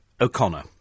O'Connor